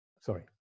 Sorry